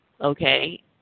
Okay